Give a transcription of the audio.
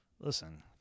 Listen